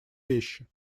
вещи